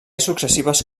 successives